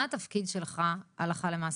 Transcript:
מה התפקיד שלך הלכה למעשה?